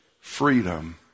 Freedom